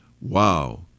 Wow